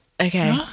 Okay